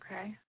Okay